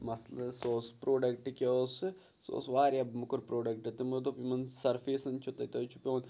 مَسلہٕ سُہ اوس پروڈَکٹ کیاہ اوس سُہ سُہ اوس واریاہ موٚکُر پروڈَکٹ تِمو دوٚپ یِمن سَرفیسَن چھُ تَتہِ حظ چھُ پیٚوان